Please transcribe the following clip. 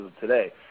today